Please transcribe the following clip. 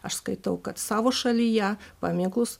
aš skaitau kad savo šalyje paminklus